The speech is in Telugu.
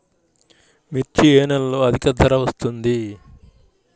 మిర్చి ఏ నెలలో అధిక ధర వస్తుంది?